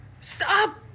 Stop